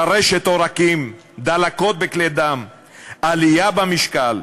טרשת עורקים, דלקות בכלי דם, עלייה במשקל.